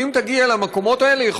כי אם תגיע למקומות האלה,